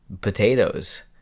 potatoes